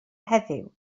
heddiw